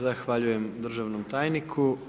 Zahvaljujem državnim tajniku.